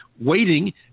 Waiting